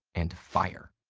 and fire.